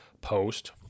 post